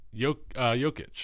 Jokic